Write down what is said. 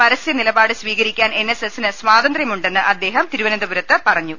പരസ്യ നില്പാട്ട് സ്വീകരിക്കാൻ എൻ എസ് എസിന് സ്വാതന്ത്രൃമുണ്ടെന്ന് അദ്ദേഹം തിരുവനന്ത പുരത്ത് പറഞ്ഞു